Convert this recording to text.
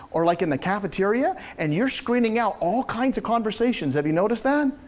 or like in the cafeteria, and you're screening out all kinds of conversations, have you noticed that?